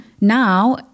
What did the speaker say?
Now